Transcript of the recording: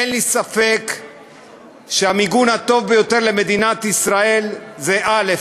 אין לי ספק שהמיגון הטוב ביותר למדינת ישראל זה א.